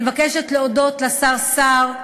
אני מבקשת להודות לשר סער,